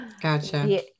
Gotcha